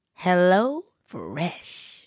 HelloFresh